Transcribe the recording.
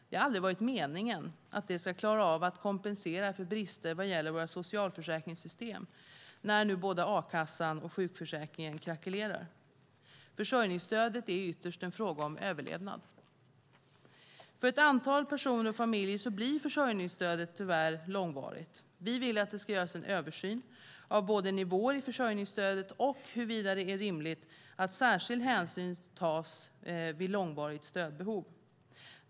Det har aldrig varit meningen att det ska klara av att kompensera för brister vad gäller våra socialförsäkringssystem, när nu både a-kassan och sjukförsäkringen krackelerar. Försörjningsstödet är ytterst en fråga om överlevnad. För ett antal personer och familjer blir försörjningsstödet tyvärr långvarigt. Vi vill att det ska göras en översyn av både nivåer i försörjningsstödet och huruvida det är rimligt att särskild hänsyn tas vid långvarigt stödbehov.